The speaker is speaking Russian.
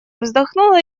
вздохнула